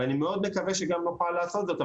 ואני מאוד מקווה שאנחנו נוכל לעשות זאת.